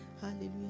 Hallelujah